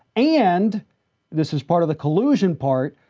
and this is part of the collusion part,